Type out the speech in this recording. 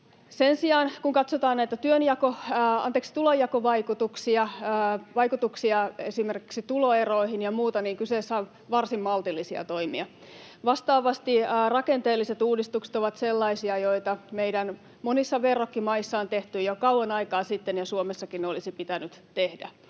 Sen sijaan, kun katsotaan näitä tulonjakovaikutuksia, vaikutuksia esimerkiksi tuloeroihin ja muuta, niin kyseessä ovat varsin maltilliset toimet. Vastaavasti rakenteelliset uudistukset ovat sellaisia, joita meidän monissa verrokkimaissa on tehty jo kauan aikaa sitten ja Suomessakin olisi pitänyt tehdä.